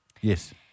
Yes